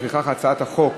לפיכך, הצעת החוק